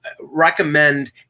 recommend